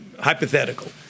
hypothetical